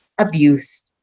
abuse